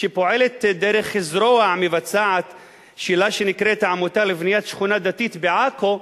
שפועלת דרך זרוע מבצעת שלה שנקראת "העמותה לבניית שכונה דתית בעכו",